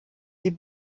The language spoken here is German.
sie